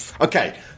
Okay